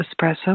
espresso